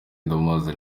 ndamubaza